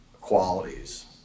qualities